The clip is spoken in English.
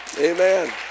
amen